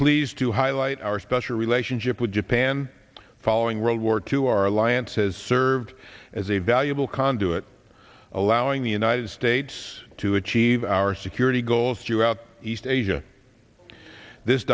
pleased to highlight our special relationship with japan following world war two our alliances served as a valuable conduit allowing the united states to achieve our security goals throughout east asia this